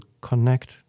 connect